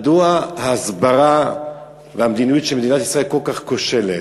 מדוע ההסברה והמדיניות של מדינת ישראל כל כך כושלת?